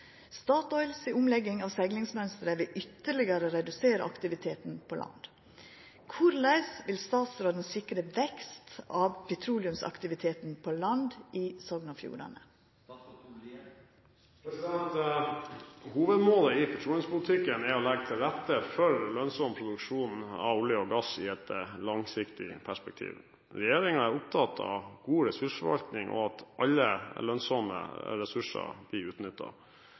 Statoil si omlegging av seglingsmønster vil ytterlegare redusera aktiviteten på land. Korleis vil statsråden sikra vekst av petroleumsaktivitet på land i Sogn og Fjordane?» Hovedmålet i petroleumspolitikken er å legge til rette for lønnsom produksjon av olje og gass i et langsiktig perspektiv. Regjeringen er opptatt av god ressursforvaltning og at alle lønnsomme ressurser blir